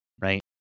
right